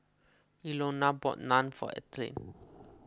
Ilona bought Naan for Ethelyn